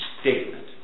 statement